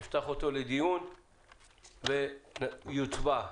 נפתח אותו לדיון ואז נצביע.